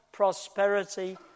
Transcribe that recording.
prosperity